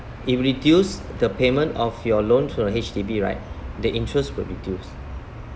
it will reduce the payment of your loan from H_D_B right the interest will reduce